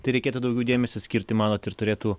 tai reikėtų daugiau dėmesio skirti manot ir turėtų